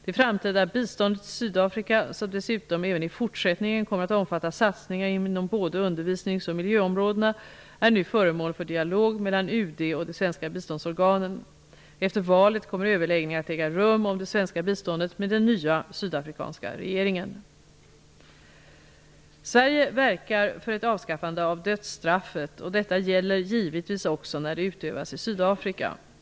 Det framtida biståndet till Sydafrika, som dessutom även i fortsättningen kommer att omfatta satsningar inom både undervisnings och miljöområdet, är nu föremål för dialog mellan UD och de svenska biståndsorganen. Efter valet kommer överläggningar om det svenska biståndet att äga rum med den nya sydafrikanska regeringen. Sverige verkar för ett avskaffande av dödsstraffet, och detta gäller givetvis också när det utövas i Sydafrika.